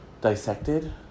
dissected